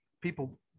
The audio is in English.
people